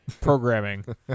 programming